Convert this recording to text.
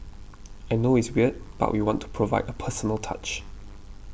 I know it's weird but we want to provide a personal touch